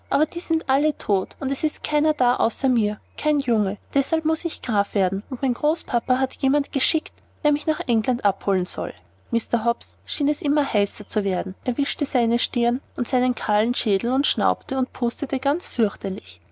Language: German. aber die sind alle tot und ist gar keiner da außer mir kein junge deshalb muß ich der graf werden und mein großpapa hat jemand geschickt der mich nach england abholen soll mr hobbs schien es immer heißer zu werden er wischte seine stirn und seinen kahlen schädel und schnaubte und pustete ganz fürchterlich